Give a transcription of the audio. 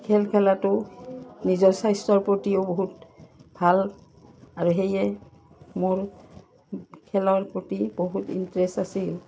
খেল খেলাটো নিজৰ স্বাস্থ্যৰ প্ৰতিও বহুত ভাল আৰু সেয়ে মোৰ খেলৰ প্ৰতি বহুত ইণ্টাৰেষ্ট আছিল